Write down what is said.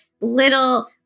little